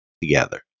together